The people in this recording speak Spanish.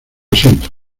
siento